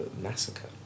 massacre